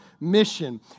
mission